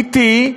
אטי,